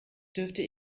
dürfte